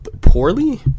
poorly